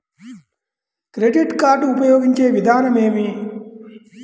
Credit card ఉపయోగించే విధానం ఏమి?